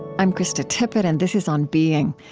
i'm krista tippett and this is on being.